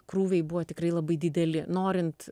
krūviai buvo tikrai labai dideli norint